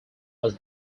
was